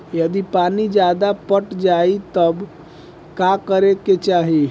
यदि पानी ज्यादा पट जायी तब का करे के चाही?